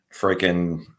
freaking